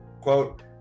Quote